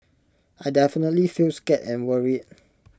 I definitely feel scared and worried